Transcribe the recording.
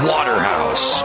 Waterhouse